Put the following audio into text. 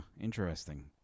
Interesting